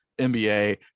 NBA